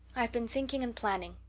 i've been thinking and planning.